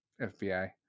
fbi